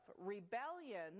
Rebellion